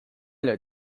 one